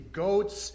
goats